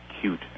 cute